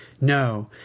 No